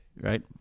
right